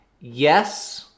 Yes